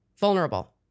Vulnerable